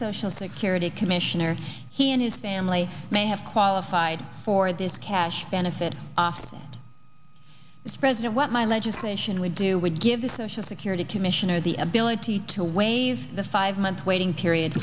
social security commissioner he and his family may have qualified for this cash benefit after this president what my legislation would do would give the social security commission or the ability to waive the five month waiting period